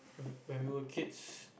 when we were kids